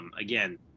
again